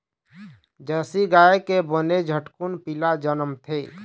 Jersey गाय के बने झटकुन पिला जनमथे